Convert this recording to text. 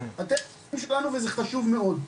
אתם הילדים שלנו וזה חשוב מאוד.